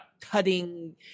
cutting